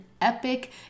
epic